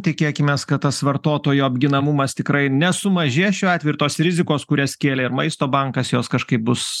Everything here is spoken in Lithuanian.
tikėkimės kad tas vartotojo apginamumas tikrai nesumažės šiuo atveju ir tos rizikos kurias kėlė ir maisto bankas jos kažkaip bus